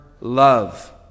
love